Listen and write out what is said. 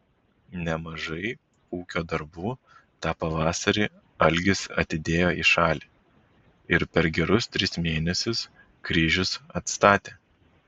nemažai ūkio darbų tą pavasarį algis atidėjo į šalį ir per gerus tris mėnesius kryžius atstatė